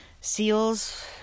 SEALs